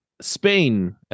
Spain